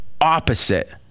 opposite